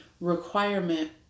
requirement